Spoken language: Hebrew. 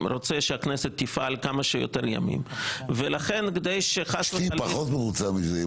רוצה שהכנסת תפעל כמה שיותר ימים ולכן --- אשתי פחות מרוצה מזה.